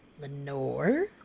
Lenore